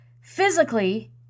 physically